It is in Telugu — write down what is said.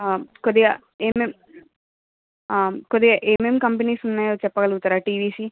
ఆ కొద్దిగా ఏమేం ఆ కొద్దిగా ఏమేం కంపెనీస్ ఉన్నాయో చెప్పగలుగుతారా టీవీసి